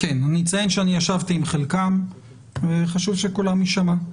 אני אציין שישבתי עם חלקם, וחשוב שקולם יישמע.